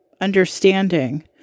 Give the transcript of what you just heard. understanding